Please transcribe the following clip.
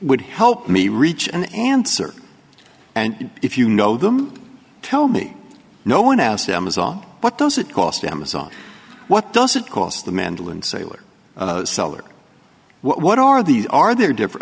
would help me reach an answer and if you know them tell me no one asked amazon what does it cost amazon what does it cost the mandolin sale or sell or what are these are there different